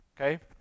okay